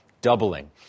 doubling